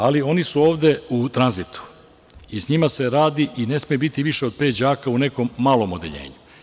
Ali, oni su ovde u tranzitu i sa njima se radi i ne sme biti više od pet đaka u nekom malom odeljenju.